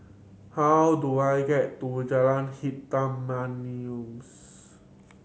how do I get to Jalan Hitam Manis